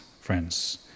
friends